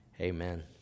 Amen